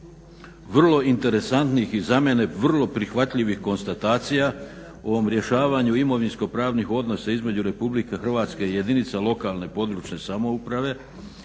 vrlo interesantnih i za mene vrlo prihvatljivih konstatacija o rješavanju imovinskopravnih odnosa između RH i jedinica lokalne područne samouprave.